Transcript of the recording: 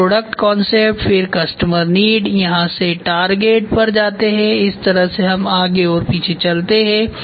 तो product concept फिर customer need यहाँ से टारगेट पर जाते है इस तरह हम आगे और पीछे चलते हैं